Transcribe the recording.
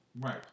Right